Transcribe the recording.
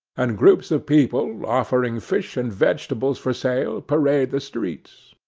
and groups of people, offering fish and vegetables for sale, parade the streets.